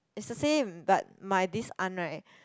it's the same but my this aunt [right]